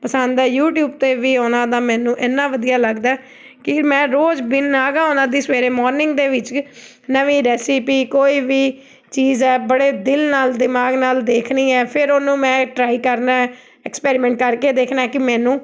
ਪਸੰਦ ਹੈ ਯੂਟਿਊਬ 'ਤੇ ਵੀ ਉਹਨਾਂ ਦਾ ਮੈਨੂੰ ਇੰਨਾ ਵਧੀਆ ਲੱਗਦਾ ਕਿ ਮੈਂ ਰੋਜ਼ ਬਿਨ ਨਾਗਾ ਉਹਨਾਂ ਦੀ ਸਵੇਰੇ ਮੋਰਨਿੰਗ ਦੇ ਵਿੱਚ ਨਵੀਂ ਰੈਸਿਪੀ ਕੋਈ ਵੀ ਚੀਜ਼ ਹੈ ਬੜੇ ਦਿਲ ਨਾਲ ਦਿਮਾਗ ਨਾਲ ਦੇਖਣੀ ਹੈ ਫਿਰ ਉਹਨੂੰ ਮੈਂ ਟਰਾਈ ਕਰਨਾ ਐਕਸਪੈਰੀਮੈਂਟ ਕਰਕੇ ਦੇਖਣਾ ਕਿ ਮੈਨੂੰ